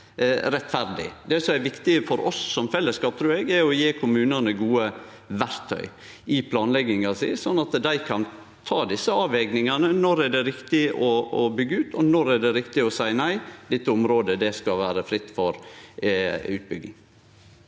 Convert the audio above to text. Det som er viktig for oss som fellesskap, trur eg, er å gje kommunane gode verktøy i planlegginga si, slik at dei kan ta desse avvegingane – når er det riktig å byggje ut og når er det riktig å seie nei, dette området skal vere fritt for utbygging.